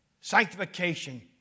sanctification